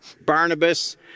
Barnabas